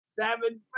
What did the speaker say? Seven